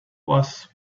was